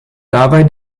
dabei